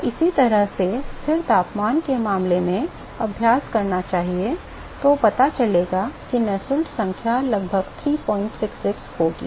तो इसी तरह से स्थिर तापमान के मामले में अभ्यास करना चाहिए और तो पता चलेगा कि नुसेल्ट संख्या लगभग 366 होगी